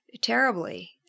terribly